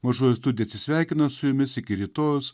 mažoji studija atsisveikina su jumis iki rytojaus